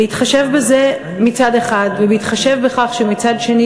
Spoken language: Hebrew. בהתחשב בזה מצד אחד ובהתחשב בכך שמצד שני